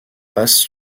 passent